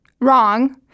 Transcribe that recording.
Wrong